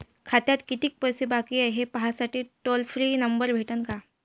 खात्यात कितीकं पैसे बाकी हाय, हे पाहासाठी टोल फ्री नंबर भेटन का?